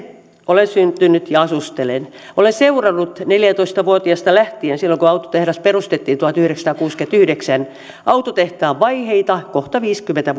olen syntynyt ja asustelen olen seurannut neljätoista vuotiaasta lähtien siitä kun autotehdas perustettiin tuhatyhdeksänsataakuusikymmentäyhdeksän autotehtaan vaiheita kohta viisikymmentä